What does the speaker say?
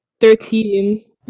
Thirteen